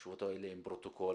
הישיבות האלה עם פרוטוקול.